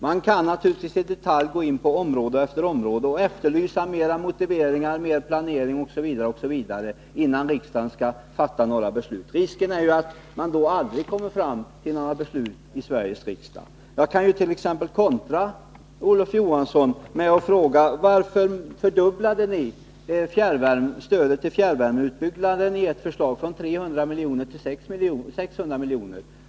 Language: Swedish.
Man kan naturligtvis gå in i detalj på område efter område och efterlysa mer motivering, mer planering osv., innan riksdagen skall fatta beslut. Risken är att vi aldrig kommer fram till några beslut i riksdagen. Jag kant.ex. kontra med att fråga Olof Johansson: Varför fördubblade ni i ert förslag stödet till fjärrvärmeutbyggnaden från 300 miljoner till 600 miljoner?